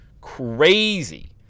crazy